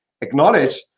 acknowledge